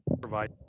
provide